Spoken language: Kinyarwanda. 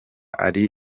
ari